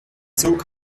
zug